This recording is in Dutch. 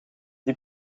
die